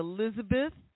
Elizabeth